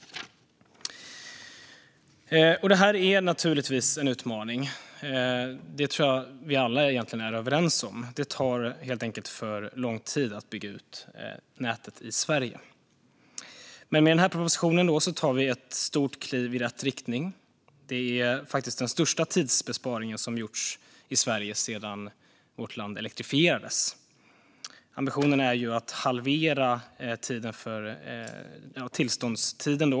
Det här är naturligtvis en utmaning. Det tror jag att vi alla egentligen är överens om. Det tar helt enkelt för lång tid att bygga ut nätet i Sverige. Men med den här propositionen tar vi ett stort kliv i rätt riktning. Det är faktiskt den största tidsbesparing som gjorts i Sverige sedan vårt land elektrifierades. Ambitionen är att halvera tillståndstiden.